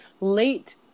late